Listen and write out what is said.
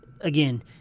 Again